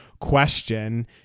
question